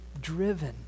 driven